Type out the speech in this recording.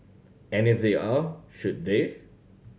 and if they are should they